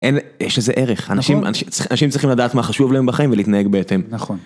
אין, יש איזה ערך, אנשים צריכים לדעת מה חשוב להם בחיים ולהתנהג בהתאם.